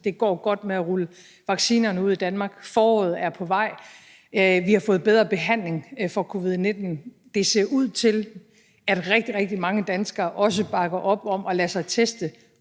Det går godt med at rulle vaccinerne ud i Danmark, foråret er på vej, og vi har fået bedre behandling af covid-19. Det ser ud til, at rigtig, rigtig mange danskere også bakker op om at lade sig teste